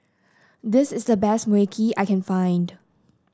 this is the best Mui Kee I can find